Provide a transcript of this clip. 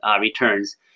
returns